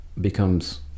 becomes